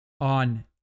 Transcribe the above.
on